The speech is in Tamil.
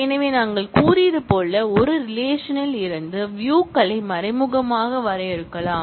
எனவே நாங்கள் கூறியது போல ஒரு ரிலேஷன்ல் இருந்து வியூகளை மறைமுகமாக வரையறுக்கலாம்